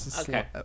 Okay